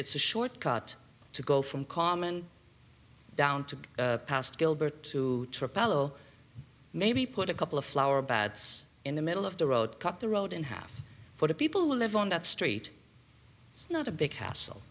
it's a short cut to go from common down to past gilbert to palo maybe put a couple of flower bats in the middle of the road cut the road in half for the people who live on that street it's not a big hassle